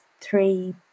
three